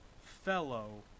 fellow